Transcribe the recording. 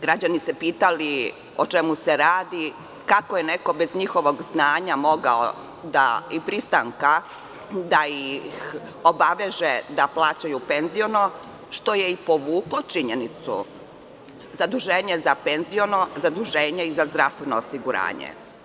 Građani su se pitali o čemu se radi, kako je neko bez njihovog znanja i pristanka mogao da ih obaveže da plaćaju penziono, što je i povuklo činjenicu zaduženja za penziono, zaduženja i za zdravstveno osiguranje.